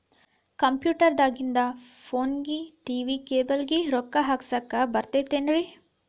Computer ದಾಗಿಂದ್ ಫೋನ್ಗೆ, TV cable ಗೆ, ರೊಕ್ಕಾ ಹಾಕಸಾಕ್ ಬರತೈತೇನ್ರೇ?